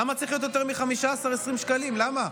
למה זה צריך להיות יותר מ-15 20 שקלים, למה?